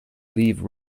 leave